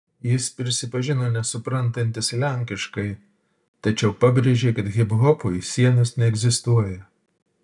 jis prisipažino nesuprantantis lenkiškai tačiau pabrėžė kad hiphopui sienos neegzistuoja